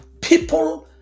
people